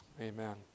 Amen